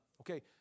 Okay